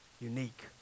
Unique